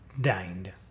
dined